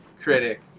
critic